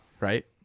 right